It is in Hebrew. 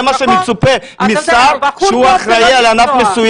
זה מה שמצופה משר שהוא אחראי על ענף מסוים.